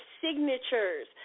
signatures